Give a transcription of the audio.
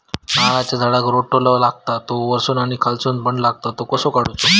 नारळाच्या झाडांका जो रोटो लागता तो वर्सून आणि खालसून पण लागता तो कसो काडूचो?